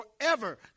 forever